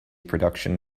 production